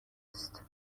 است